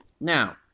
now